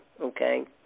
okay